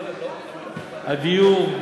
הדיור,